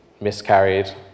miscarried